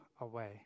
away